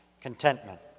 contentment